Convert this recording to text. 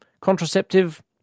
contraceptive